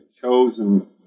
chosen